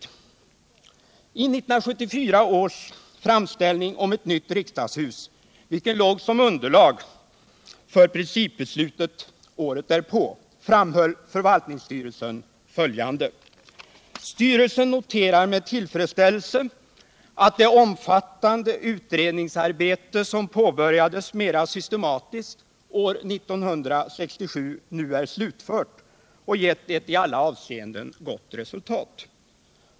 I 1974 års framställning om ett nytt riksdagshus, vilken låg som underlag för principbeslutet året därpå, framhöll förvaltningsstyrelsen följande: ”Styrelsen noterar med tillfredsställelse att det omfattande utredningsarbete som pågörjades mera systematiskt år 1967 nu är slutfört och gett ett i alla frågor på längre Sikt frågor på längre Sikt avseenden gott resultat.